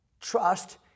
Trust